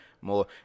More